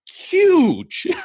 huge